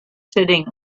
sitting